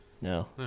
No